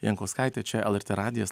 jankauskaitė čia lrt radijas